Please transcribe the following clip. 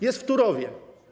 Jest w Turowie.